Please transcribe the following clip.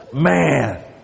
Man